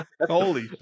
Holy